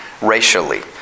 racially